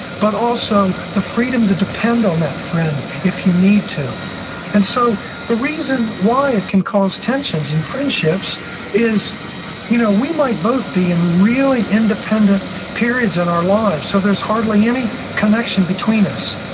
but also the freedom to depend on that friend if you need to and so the reason why it can cause tensions in friendships is you know we might both be in really independent periods in our lives, so there's hardly any connection between us.